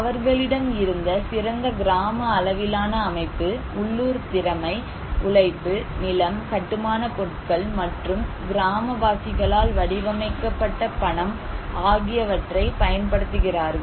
அவர்களிடம் இருந்த சிறந்த கிராம அளவிலான அமைப்பு உள்ளூர் திறமை உழைப்பு நிலம் கட்டுமானப் பொருட்கள் மற்றும் கிராமவாசிகளால் வடிவமைக்கப்பட்ட பணம் ஆகியவற்றைப் பயன்படுத்துகிறார்கள்